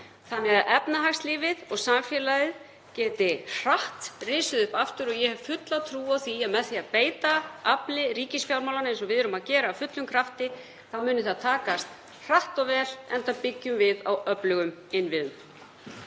þannig að efnahagslífið og samfélagið geti risið hratt upp aftur. Ég hef fulla trú á því að með því að beita afli ríkisfjármálanna, eins og við erum að gera af fullum krafti, þá muni það takast hratt og vel, enda byggjum við á öflugum innviðum.